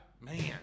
Man